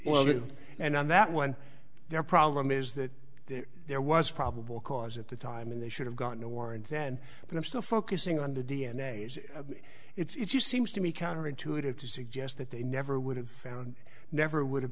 well and on that one their problem is that there was probable cause at the time and they should have gone to war and then but i'm still focusing on the d n a it's you seems to me counterintuitive to suggest that they never would have found never would have